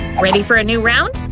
ready for a new round?